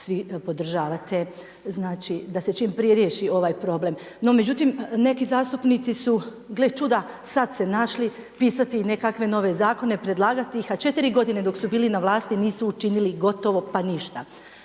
svi podržavate da se čim prije riješi ovaj problem. No međutim neki zastupnici su gle čuda sada se našli pisati i nekakve nove zakone, predlagati ih a 4 godine dok su bili na vlasti, nisu učinili gotovo pa ništa.